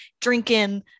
drinking